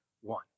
one